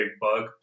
bug